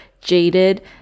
jaded